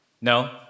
No